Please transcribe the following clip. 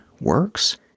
works